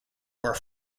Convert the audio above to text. were